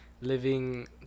living